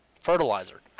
fertilizer